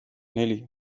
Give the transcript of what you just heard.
neli